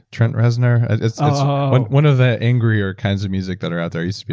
trent reznor, it's um ah and one of the angrier kinds of music that are out there, you know